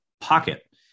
pocket